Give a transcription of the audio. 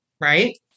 right